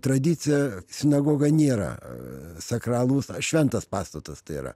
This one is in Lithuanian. tradiciją sinagoga nėra sakralus ar šventas pastatas tai yra